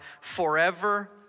forever